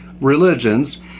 religions